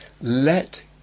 let